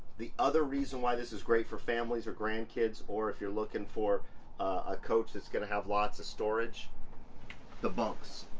the other reason why this is great for families or grandkids or if you're looking for a coach that's gonna have lots of storage the bunks!